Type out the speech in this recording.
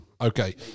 Okay